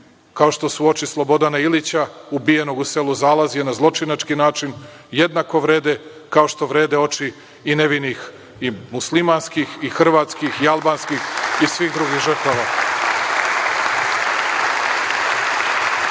kao što su oči Slobodana Ilića, ubijenog u selu Zalazije na zločinački način, jednako vrede kao što vrede oči i nevinih i muslimanskih i hrvatskih i albanskih i svih drugih žrtava. Srbija